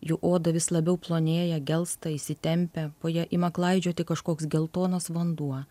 jų oda vis labiau plonėja gelsta įsitempia po ja ima klaidžioti kažkoks geltonas vanduo